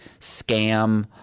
scam